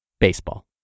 baseball